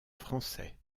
français